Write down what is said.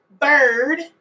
bird